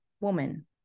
woman